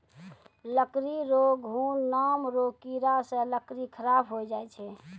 लकड़ी रो घुन नाम रो कीड़ा से लकड़ी खराब होय जाय छै